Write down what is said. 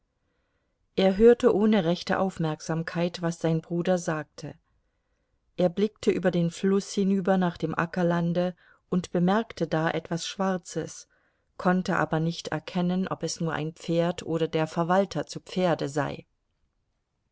er hörte ohne rechte aufmerksamkeit was sein bruder sagte er blickte über den fluß hinüber nach dem ackerlande und bemerkte da etwas schwarzes konnte aber nicht erkennen ob es nur ein pferd oder der verwalter zu pferde sei